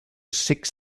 six